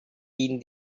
din